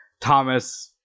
Thomas